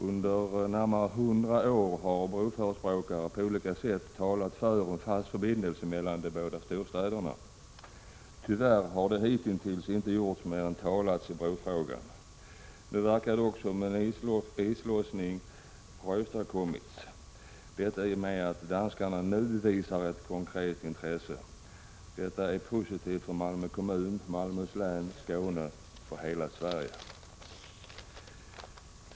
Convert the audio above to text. Under närmare 100 år har broförespråkare på olika sätt talat för en fast förbindelse mellan de båda storstäderna. Tyvärr har det hitintills inte gjorts mera än talats i brofrågan. Nu verkar det dock som om en islossning har åstadkommits. Detta i och med att danskarna nu visar ett verkligt konkret intresse. Detta är positivt för Malmö kommun, Malmöhus län, Skåne och hela Sverige.